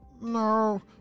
No